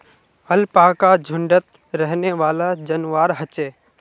alpaca झुण्डत रहनेवाला जंवार ह छे